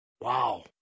Wow